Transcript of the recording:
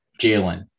Jalen